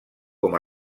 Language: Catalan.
com